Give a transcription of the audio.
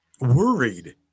worried